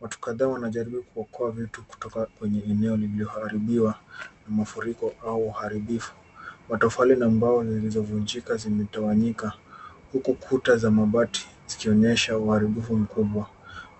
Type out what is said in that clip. Watu kadhaa wanajaribu kuokoa vitu kutoka kwenye eneo lililoharibiwa na mafuriko au uharibifu. Matofali na mbao zilizovunjika zimetawanyika, huku kuta za mabati zikionyesha uharibifu mkubwa.